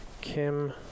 Kim